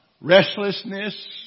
restlessness